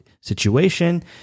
situation